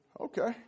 Okay